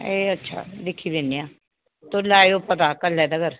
एह् अच्छा दिक्खी दिन्ने आं तुस लैएओ पता कल्लै तक्कर